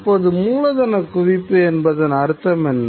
தற்போது மூலதனக் குவிப்பு என்பதன் அர்த்தம் என்ன